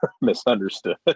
misunderstood